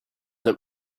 that